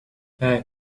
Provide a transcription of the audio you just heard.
hey